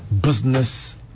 business